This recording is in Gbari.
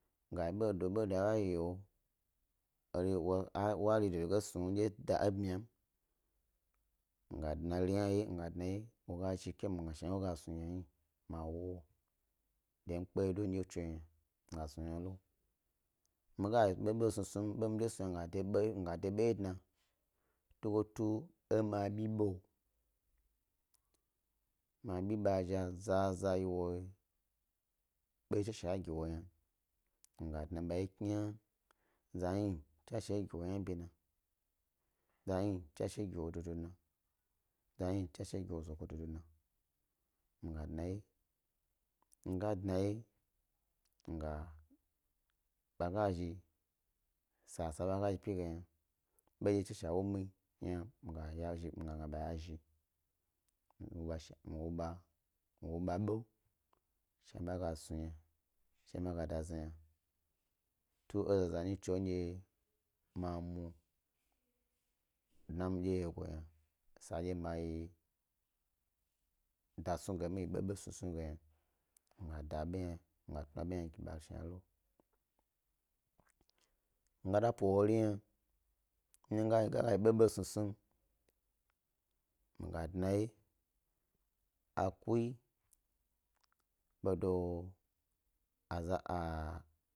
Ɓo du bayo, wa eri do snug a bmyam mi ga dna ri hna wye wo ga zhi ke mi gna shni he gas nu yna hni ke ma wuwo dendye mi kpeye do mi dye tso yna mi snu lo, miga yi ɓo snusnum, bo mi snu miga de ɓo wye dna, tugo tu ema abi ɓo ma bi ɓazhi zaza yi wo ɓo tswashe agi wo yna mi ga dna ɓa wye kne za hni tswash gi woyna bi na, za hni tswash gi wo dodo na, za hni tswash gi wo zogo dodo na, mi ga dna wye mi ga dna wye, ɓa ga zhi, sa sa bag a zhi pi ge yna, ɓo tswashe a wo mi yna mi ga gna bay a zhi, wo, mi wo ɓa ɓo, shna ɓa gas nu yna shna ɓa ga da zna yna, tu e ezna nyi tso, ndye ma mue dna midye wyegu yna sandye ma da snug e yna mi ɓoɓo snusnum ge yna mi ga da bo hna ge ɓa shna dye hna lo. Miga da po wori hna, ndye galo yi ɓoɓo snusnuyim, miga dnawye akuyi bedu azaa.